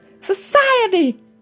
society